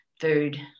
food